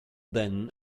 then